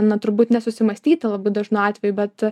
na turbūt nesusimąstyti labai dažnu atveju bet